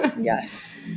Yes